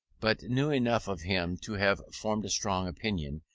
but knew enough of him to have formed a strong opinion,